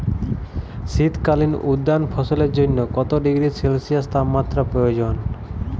শীত কালীন উদ্যান ফসলের জন্য কত ডিগ্রী সেলসিয়াস তাপমাত্রা প্রয়োজন?